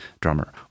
drummer